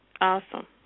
Awesome